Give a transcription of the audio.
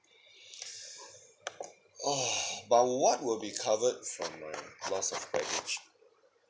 orh but what will be covered from my lost of baggage